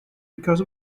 because